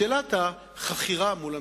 שאלת החכירה מול המכירה.